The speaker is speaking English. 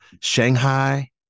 Shanghai